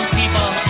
people